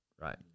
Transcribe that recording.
Right